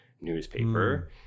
newspaper